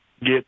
get